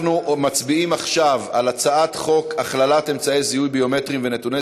אנחנו מצביעים עכשיו על הצעת חוק הכללת אמצעי זיהוי ביומטריים ונתוני